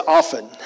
often